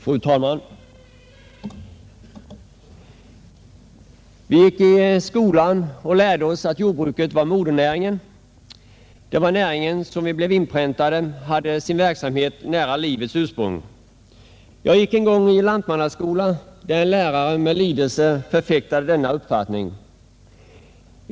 Fru talman! Vi gick i skolan och lärde oss att jordbruket var modernäringen. Det var näringen som vi blev inpräntade hade sin verksamhet nära livets ursprung. Jag gick en gång i en lantmannaskola där en lärare med lidelse förfäktade denna uppfattning.